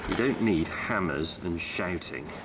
need hammers and shouting.